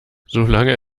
solange